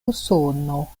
usono